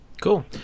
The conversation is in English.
Cool